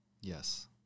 Yes